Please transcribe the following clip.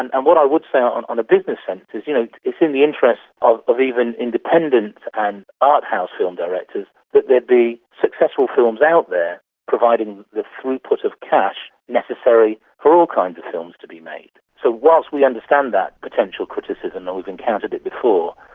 and and what i would say on on a business sense is you know it's in the interests of of even independent and art house film directors that there be successful films out there providing the throughput of cash necessary for all kinds of films to be made. so while we understand that potential criticism and we've encountered it before,